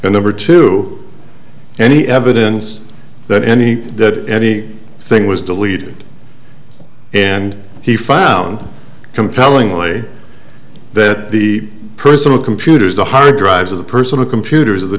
and number two any evidence that any did any thing was deleted and he found compelling way that the personal computers the hard drives of the personal computers of the